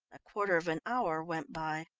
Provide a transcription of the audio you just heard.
a quarter of an hour went by,